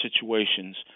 situations